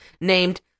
named